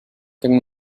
tengo